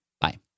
bye